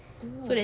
oh